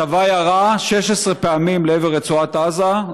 הצבא ירה 16 פעמים לעבר רצועת עזה,